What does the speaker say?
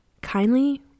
Kindly